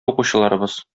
укучыларыбыз